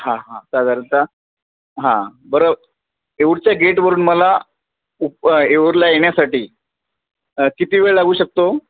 हां हां साधारणत हां बरं येऊरच्या गेटवरून मला उप येऊरला येण्यासाठी किती वेळ लागू शकतो